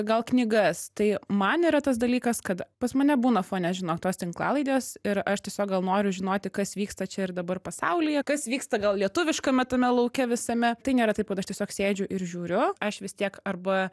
gal knygas tai man yra tas dalykas kad pas mane būna fone žinot tos tinklalaidės ir aš tiesiog gal noriu žinoti kas vyksta čia ir dabar pasaulyje kas vyksta gal lietuviškame tame lauke visame tai nėra taip kad aš tiesiog sėdžiu ir žiūriu aš vis tiek arba